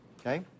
Okay